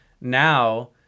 now